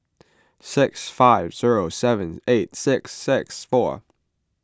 six five zero seven eight six six four